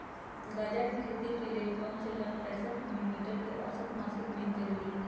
गजा के खेती के लेल कम से कम पैंसठ मिली मीटर के औसत मासिक मेघ जरूरी हई